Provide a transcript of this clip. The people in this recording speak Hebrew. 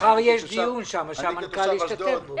מחר יהיה שם דיון בהשתתפות המנכ"ל.